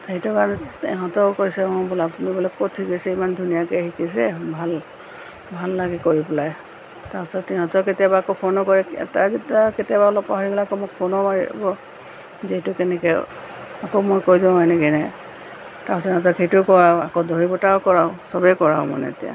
সেইটো ইহঁতেও কৈছে অঁ বোলে আপুনি বোলে ক'ত শিকিছে ইমান ধুনীয়াকৈ শিকিছে ভাল ভাল লাগে কৰি পেলাই তাৰপাছত সিহঁতক কেতিয়াবা আকৌ ফোনো কৰে কেতিয়াবা অলপ পাহৰি গ'লে আকৌ মোক ফোনো মাৰিব যে এইটো কেনেকৈ আকৌ মই কৈ দিওঁ এনেকৈ এনেকৈ তাৰপাছত সিহঁতক সেইটো কৰাওঁ আকৌ দহি বটাও কৰাওঁ চবে কৰাওঁ মানে এতিয়া